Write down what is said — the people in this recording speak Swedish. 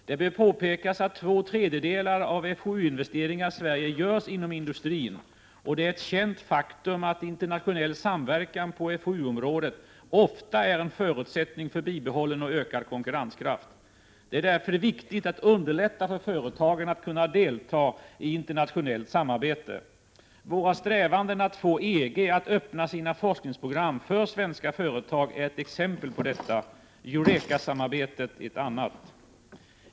Det bör påpekas att två tredjedelar av Fou-investeringar i Sverige görs inom industrin, och det är ett känt faktum att internationell samverkan på Fou-området ofta är en förutsättning för bibehållen och ökad konkurrens kraft. Det är därför viktigt att underlätta för företagen att kunna delta i — Prot. 1987/88:34 internationellt samarbete. Våra strävanden att få EG att öppna sina 30november 1987 forskningsprogram för svenska företag är ett exempel på detta, Eureka= == Za on samarbetet ett annat.